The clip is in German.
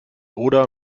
oder